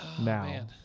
Now